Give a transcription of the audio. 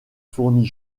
fournie